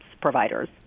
providers